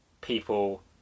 people